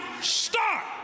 start